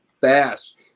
fast